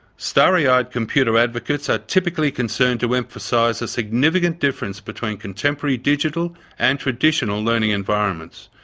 starry-eyed computer advocates are typically concerned to emphasise a significant difference between contemporary digital and traditional learning environments.